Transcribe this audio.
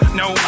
no